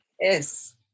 yes